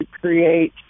create